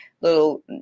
little